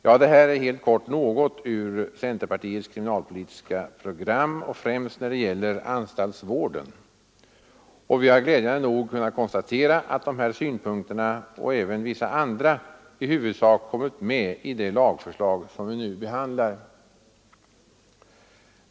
Ja, det här är helt kort något ur centerpartiets kriminalpolitiska program, främst när det gäller anstaltsvården, och vi har glädjande nog kunnat konstatera att de här synpunkterna — och även vissa andra — i huvudsak kommit med i det lagförslag som vi nu behandlar.